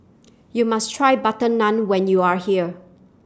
YOU must Try Butter Naan when YOU Are here